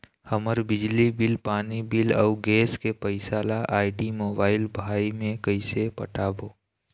हमर बिजली बिल, पानी बिल, अऊ गैस के पैसा ला आईडी, मोबाइल, भाई मे कइसे पटाबो?